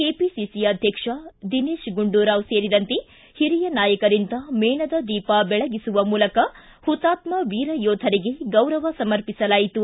KPCC ಅಧ್ಯಕ್ಷ ದಿನೇತ್ ಗುಂಡೂರಾವ್ ಸೇರಿದಂತೆ ಹಿರಿಯ ನಾಯಕರಿಂದ ಮೇಣದ ದೀಪ ದೆಳಗುವ ಮೂಲಕ ಹುತಾತ್ನ ವೀರ ಯೋಧರಿಗೆ ಗೌರವ ಸಮರ್ಪಿಸಲಾಯಿತು